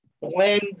blend